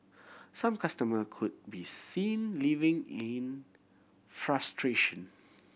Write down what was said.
some customer could be seen leaving in frustration